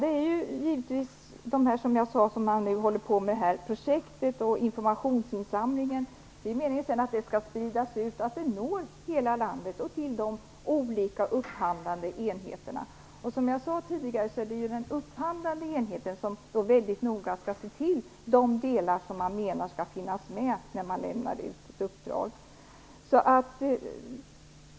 Det är meningen att det projekt och den informationsinsamling som jag nämnde skall så småningom spridas ut i hela landet och ut till de upphandlande enheterna. Som jag sade tidigare skall den upphandlande enheten mycket noga se till att de delar som skall vara inkluderade finns med när man infordrar anbud.